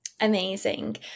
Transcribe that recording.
Amazing